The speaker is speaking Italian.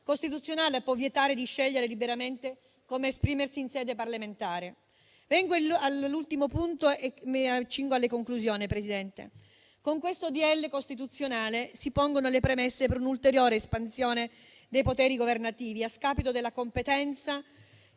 costituzionale può vietare di scegliere liberamente come esprimersi in sede parlamentare. Vorrei ora passare all'ultimo punto e accingermi alle conclusioni, signor Presidente. Con il presente disegno di legge costituzionale si pongono le premesse per un'ulteriore espansione dei poteri governativi a scapito della competenza